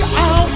out